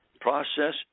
process